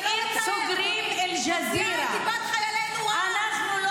זה לא לתאר, אדוני,